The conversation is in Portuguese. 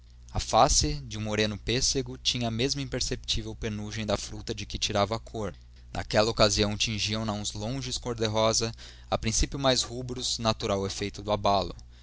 a face de um moreno pêssego tinha a mesma imperceptível penugem da fruta de que tirava a cor naquela ocasião tingiam na uns longes cor-de-rosa a princípio mais rubros natural efeito do abalo